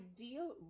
ideal